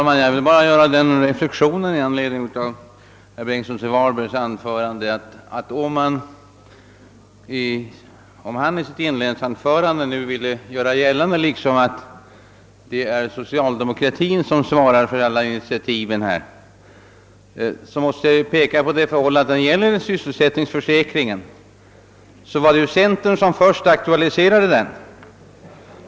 Herr talman! Herr Bengtsson i Varberg ville i sitt inledningsanförande göra gällande att det är socialdemokraterna som svarar för alla initiativ. Jag vill då bara göra den reflexionen, att det ju var centern först som aktualiserade frågan om en sysselsättningsförsäkring.